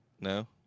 No